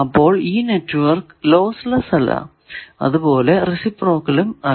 അപ്പോൾ ഈ network lossless അല്ല അതുപോലെ റേസിപ്രോക്കലും അല്ല